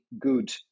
good